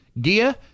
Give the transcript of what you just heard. Gia